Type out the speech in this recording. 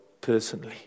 personally